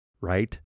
right